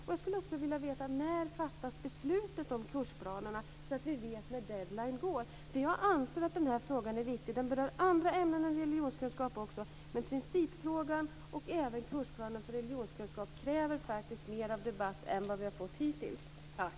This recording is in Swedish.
Jag skulle också vilja veta när beslutet om kursplanerna fattas, så att vi vet när det är deadline. Jag anser att den här frågan är viktig. Den berör andra ämnen än religionskunskap också, men principfrågan och även kursplanen för religionskunskap kräver faktiskt mer av debatt än vad vi har fått hittills.